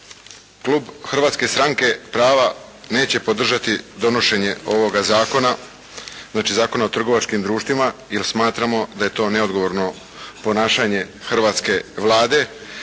Klub Hrvatske stranke prava neće podržati donošenje ovoga zakona, znači Zakona o trgovačkim društvima jer smatramo da je to neodgovorno ponašanje hrvatske Vlade.